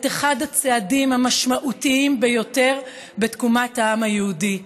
אחד הצעדים המשמעותיים ביותר בתקומת העם היהודי.